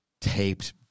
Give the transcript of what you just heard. taped